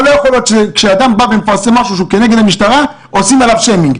אבל לא יכול להיות שכשאדם מפרסם משהו כנגד המשטרה עושים לו ביוש פומבי.